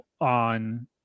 on